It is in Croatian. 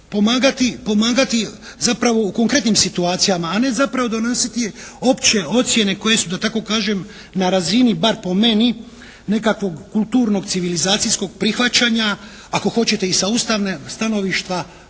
pomagati zapravo u konkretnim situacijama. A ne zapravo donositi opće ocjene koje su da tako kažem na razini bar po meni nekakvog kulturnog civilizacijskog prihvaćanja. Ako hoćete i sa ustavne stanovišta